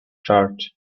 church